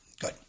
Good